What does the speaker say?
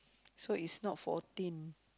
so is not fourteen